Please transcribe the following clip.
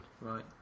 Right